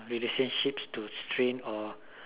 relationships to strain or